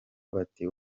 bati